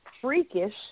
freakish